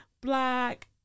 black